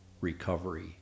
recovery